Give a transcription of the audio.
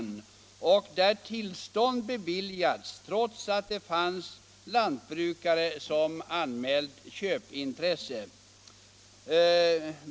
Tillstånd har därvid beviljats honom trots att det också funnits lantbrukare som anmält köpintresse.